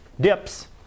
dips